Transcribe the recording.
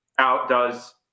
outdoes